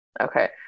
okay